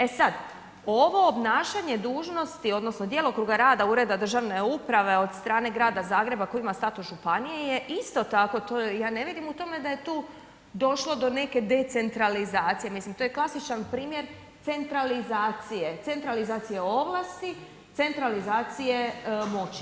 E sad, ovo obnašanje dužnosti odnosno djelokruga rada ureda državne uprave od strane Grada Zagreba koji ima status županije je isto tako, ja ne vidim u tome da je tu došlo do neke decentralizacije, mislim to je klasičan primjer centralizacije, centralizacije ovlasti, centralizacije moći.